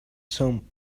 some